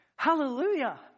Hallelujah